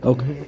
Okay